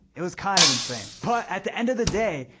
it was kind of insane. but at the end of the day,